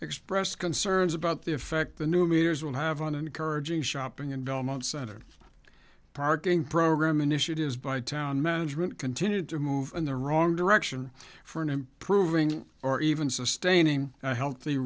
expressed concerns about the effect the new meters will have on encouraging shopping in belmont center parking program initiatives by town management continued to move in the wrong direction for an improving or even sustaining healthy